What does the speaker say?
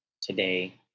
today